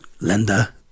Linda